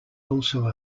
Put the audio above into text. also